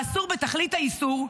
ואסור בתכלית האיסור,